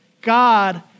God